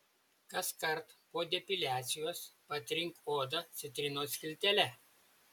kaskart po depiliacijos patrink odą citrinos skiltele